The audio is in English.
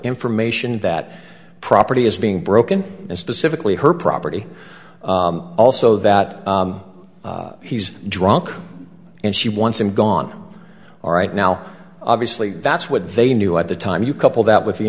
information that property is being broken and specifically her property also that he's drunk and she wants him gone all right now obviously that's what they knew at the time you couple that with the